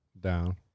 Down